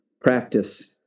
practice